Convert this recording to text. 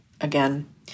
again